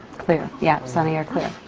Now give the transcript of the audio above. clear. yeah. sunny or clear.